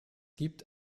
gibt